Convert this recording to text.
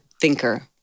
thinker